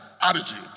attitude